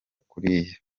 kuriya